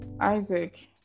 Isaac